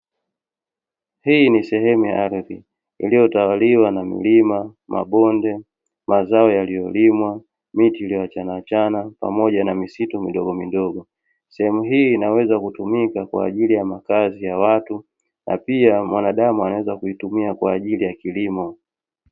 Hii ni sehemu ya ardhi iliyo tawaliwa na milima, mabonde, mazao yaliyo limwa, miti iliyoachana, pamoja na misitu midogomidogo. Sehemu hii inaweza kutumika kwaajili ya makazi ya watu na pia mwanadamu anaweza kuitumia kwaajili ya kilimo.